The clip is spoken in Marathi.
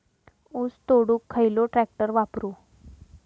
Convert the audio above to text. ऊस तोडुक खयलो ट्रॅक्टर वापरू?